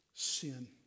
Sin